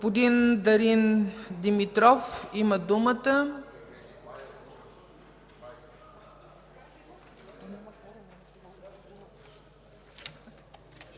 Господин Дарин Димитров има думата.